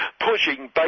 pushing